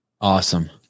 Awesome